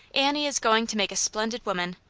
annie is going to make a splendid woman,